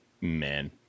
man